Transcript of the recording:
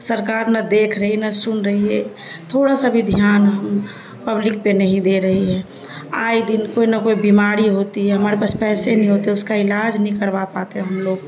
سرکار نہ دیکھ رہی نہ سن رہی ہے تھوڑا سا بھی دھیان ہم پبلک پہ نہیں دے رہی ہے آئے دن کوئی نہ کوئی بیماری ہوتی ہے ہمارے پاس پیسے نہیں ہوتے اس کا علاج نہیں کروا پاتے ہم لوگ